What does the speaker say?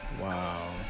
Wow